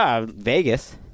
Vegas